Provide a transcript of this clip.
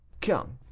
Come